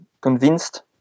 convinced